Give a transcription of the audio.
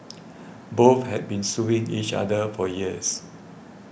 both had been suing each other for years